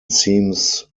seems